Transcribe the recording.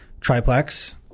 triplex